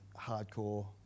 hardcore